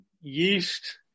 Yeast